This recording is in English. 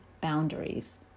boundaries